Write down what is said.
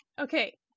okay